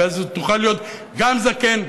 ואז תוכל להיות גם זקן,